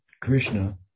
Krishna